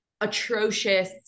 atrocious